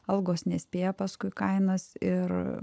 algos nespėja paskui kainas ir